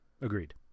Agreed